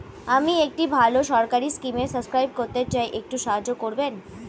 আমি একটি ভালো সরকারি স্কিমে সাব্সক্রাইব করতে চাই, একটু সাহায্য করবেন?